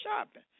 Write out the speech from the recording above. shopping